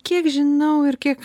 kiek žinau ir kiek